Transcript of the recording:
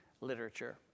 literature